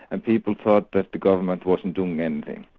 and people thought that the government wasn't doing anything.